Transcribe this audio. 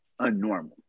unnormal